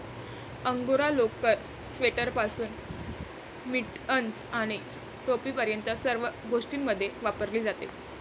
angora लोकर, स्वेटरपासून mittens आणि टोपीपर्यंत सर्व गोष्टींमध्ये वापरली जाते